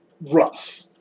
rough